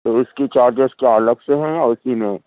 تو اُس کی چارجیز کیا الگ سے ہیں یا اُسی میں